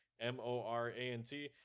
M-O-R-A-N-T